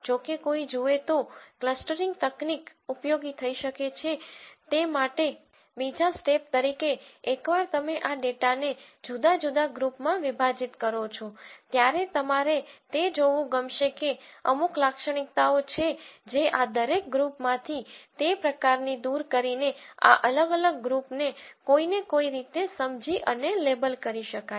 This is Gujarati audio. જો કે કોઈ જુએ તો ક્લસ્ટરીંગ તકનીક ઉપયોગી થઈ શકે છે તે માટે બીજા સ્ટેપ તરીકે એકવાર તમે આ ડેટાને જુદા જુદા ગ્રુપમાં વિભાજીત કરો છો ત્યારે તમારે તે જોવું ગમશે કે અમુક લાક્ષણિકતાઓ છે જે આ દરેક ગ્રુપમાંથી તે પ્રકારની દૂર કરીને આ અલગ અલગ ગ્રુપ ને કોઈ ને કોઈ રીતે સમજી અને લેબલ કરી શકાય